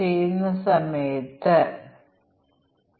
ഇനി നമുക്ക് ഒരു ചെറിയ ക്വിസ് നടത്താം